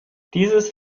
dieses